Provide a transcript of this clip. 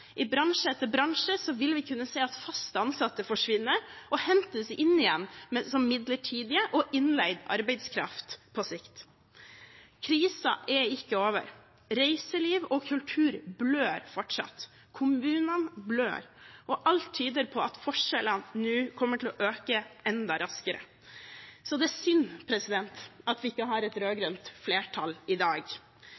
I bransje etter bransje vil vi kunne se at fast ansatte forsvinner, og så hentes inn igjen som midlertidig og innleid arbeidskraft på sikt. Krisen er ikke over. Reiseliv og kultur blør fortsatt, kommunene blør, og alt tyder på at forskjellene nå kommer til å øke enda raskere. Så det er synd at vi ikke har et